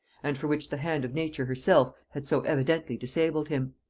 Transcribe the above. and for which the hand of nature herself had so evidently disabled him.